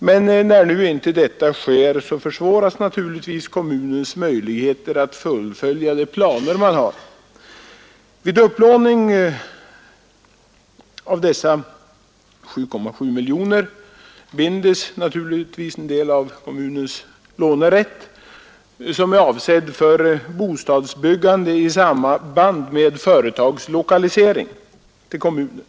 men när nu inte detta sker försvaras naturligtvis kommunens möjligheter att fullfölja de planer man har. Vid upplaning av dessa 7,7 miljoner binds givetvis en del av kommunens lånerätt. som är avsedd för bostadsbyggande i samband med företsgslokalisering till kommunen.